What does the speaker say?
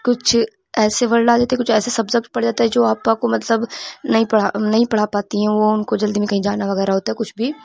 کچھ ایسے ورڈ ڈال دیتے کچھ ایسے سبزیکٹ پڑ جاتا ہے جو آپا کو مطلب نہیں پڑھا نہیں پڑھا پاتی ہیں وہ ان کو جلدی میں کہیں جانا وغیرہ ہوتا ہے کچھ بھی